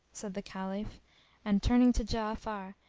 said the caliph and, turning to ja'afar,